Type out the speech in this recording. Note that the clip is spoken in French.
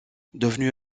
devenu